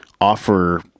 offer